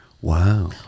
Wow